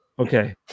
Okay